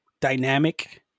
dynamic